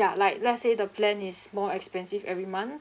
ya like let's say the plan is more expensive every month